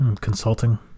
Consulting